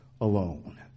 alone